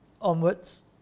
onwards